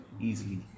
easily